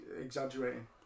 exaggerating